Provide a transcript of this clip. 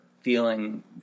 feeling